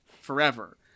forever